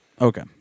Okay